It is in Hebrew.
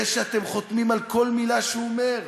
זה שאתם חותמים על כל מילה שהוא אומר.